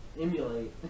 emulate